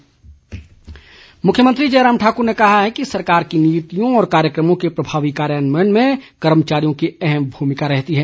marathon मुख्यमंत्री जयराम ठाकुर ने कहा है कि सरकार की नीतियों व कार्यक्रमों के प्रभावी कार्यान्वयन में कर्मचारियों की अहम भूमिका रहती है